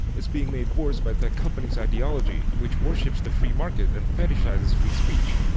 it's being made worse by tech companies' ideology, which worships the free market and fetishizes free speech.